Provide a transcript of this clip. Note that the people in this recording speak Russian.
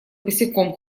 босиком